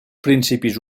principis